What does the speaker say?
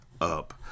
up